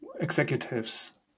executives